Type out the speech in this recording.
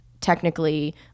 technically